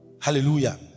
Hallelujah